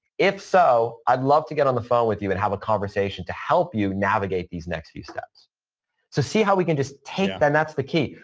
if so, i'd love to get on the phone with you and have a conversation to help you navigate these next few steps to see how we can just take then that's the key.